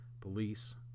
Police